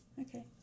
Okay